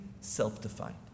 self-defined